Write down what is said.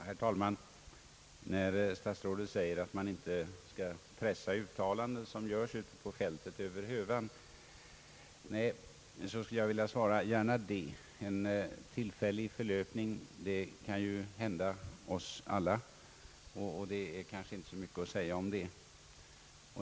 Herr talman! När statsrådet säger att man inte skall pressa uttalanden som görs ute på fältet över hövan skulle jag vilja svara: gärna det. En tillfällig förlöpning kan ju hända oss alla, och det är kanske inte så mycket att säga om det.